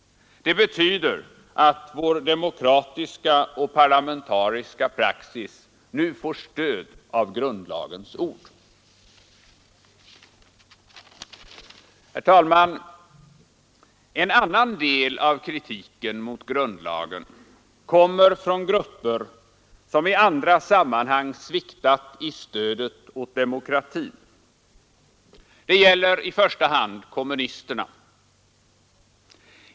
Det betyder att vår demokratiska och parlamentariska praxis nu får stöd av grundlagens ord. Herr talman! En annan del av kritiken mot grundlagen kommer från grupper som i andra sammanhang sviktat i stödet åt demokratin. Det gäller i första hand kommunisterna.